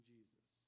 Jesus